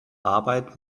arbeit